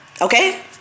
Okay